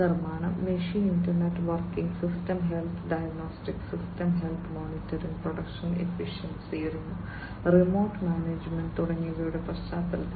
നിർമ്മാണം machine internet working system health diagnostics system health monitoring production efficiency remote management തുടങ്ങിയവയുടെ പശ്ചാത്തലത്തിൽ